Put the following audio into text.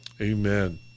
amen